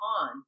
on